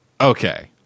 Okay